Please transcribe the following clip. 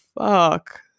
fuck